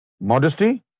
Modesty